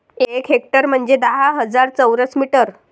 एक हेक्टर म्हंजे दहा हजार चौरस मीटर